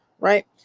right